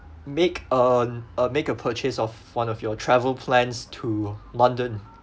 make a make a purchase of one of your travel plans to london